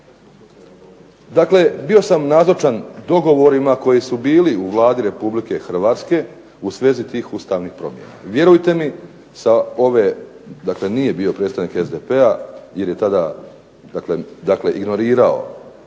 Dakle bio sam nazočan dogovorima koji su bili u Vladi Republike Hrvatske u svezi tih ustavnih promjena. Vjerujte mi sa ove, dakle nije predstavnik SDP-a, jer je tada dakle ignorirao